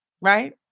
right